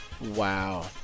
Wow